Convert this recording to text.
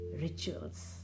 rituals